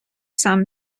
сам